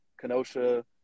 kenosha